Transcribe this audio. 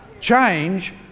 Change